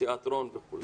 תיאטרון וכו',